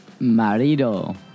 Marido